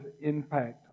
impact